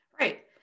right